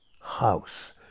house